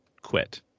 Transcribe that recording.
quit